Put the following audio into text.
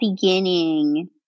beginning